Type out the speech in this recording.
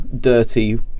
dirty